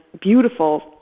beautiful